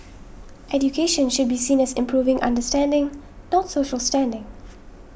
education should be seen as improving understanding not social standing